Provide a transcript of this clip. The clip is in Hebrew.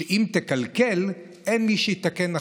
שאם תקלקל אין מי שיתקן אחריך".